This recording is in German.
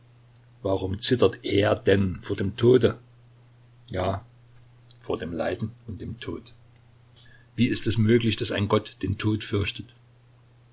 warum zitterte er denn vor dem tode ja vor den leiden und dem tod wie ist es möglich daß ein gott den tod fürchtet